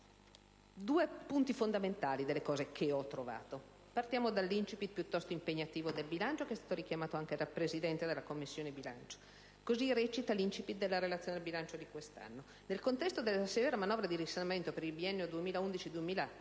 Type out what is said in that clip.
due punti fondamentali delle situazioni che ho trovato. Partiamo dall'*incipit* piuttosto impegnativo del bilancio che è stato richiamato anche dal Presidente della Commissione bilancio. Recita l'*incipit* della relazione del bilancio di quest'anno: «Nel contesto della severa manovra di risanamento per il triennio 2011-2013